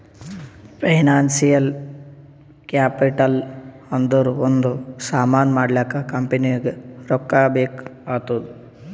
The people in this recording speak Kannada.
ಫೈನಾನ್ಸಿಯಲ್ ಕ್ಯಾಪಿಟಲ್ ಅಂದುರ್ ಒಂದ್ ಸಾಮಾನ್ ಮಾಡ್ಲಾಕ ಕಂಪನಿಗ್ ರೊಕ್ಕಾ ಬೇಕ್ ಆತ್ತುದ್